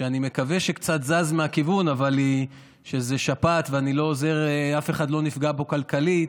שאני מקווה שקצת זז מהכיוון שזו שפעת ושאף אחד לא נפגע כלכלית,